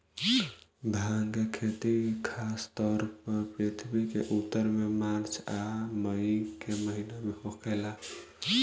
भांग के खेती खासतौर पर पृथ्वी के उत्तर में मार्च आ मई के महीना में होखेला